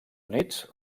units